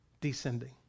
descending